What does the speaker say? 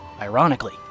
ironically